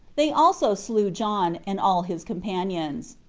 they also slew john, and all his companions.